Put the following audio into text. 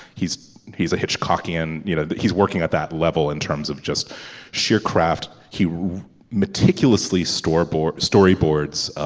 he's he's a hitchcockian you know he's working at that level in terms of just sheer craft. he meticulously storyboard storyboards